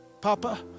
Papa